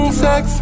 sex